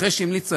אחרי שהיא המליצה,